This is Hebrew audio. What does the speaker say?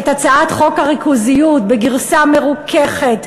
את הצעת חוק הריכוזיות בגרסה מרוככת,